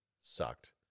sucked